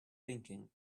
thinking